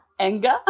anger